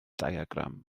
diagram